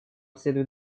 следует